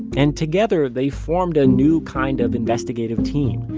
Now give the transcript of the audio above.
and together, they formed a new kind of investigative team.